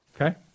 Okay